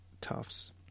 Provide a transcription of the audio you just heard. tufts